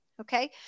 Okay